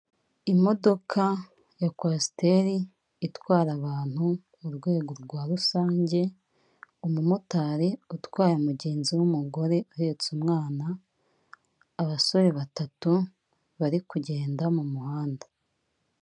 Urabona umuntu utwaye ipikipiki, ari ku muhanda wubakishije amabuye yambaye umwenda y'umukara n'ikintu bambara ku mutwe biririnda impanuka.